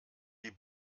die